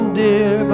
dear